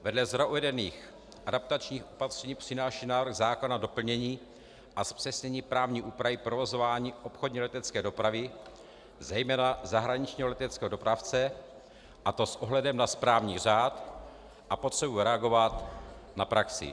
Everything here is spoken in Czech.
Vedle shora uvedených adaptačních opatření přináší návrh zákona doplnění a zpřesnění právní úpravy provozování obchodní letecké dopravy zejména zahraničního leteckého dopravce, a to s ohledem na správní řád a potřebu reagovat na praxi.